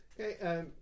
Okay